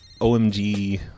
OMG